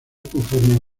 conforme